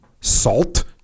salt